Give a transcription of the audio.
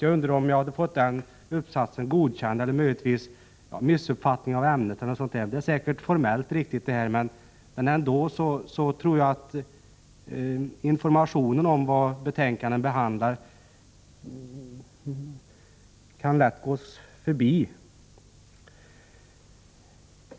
Jag undrar om jag hade fått uppsatsen godkänd eller om läraren betecknat det hela som missuppfattning av ämnet. Vad utskottet skriver är säkert formellt riktigt, men ändå tror jag att det lätt kan bli så, att man förbiser vad betänkandet behandlar.